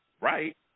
right